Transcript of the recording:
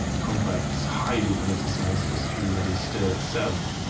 complex, highly politicized history that is still, itself,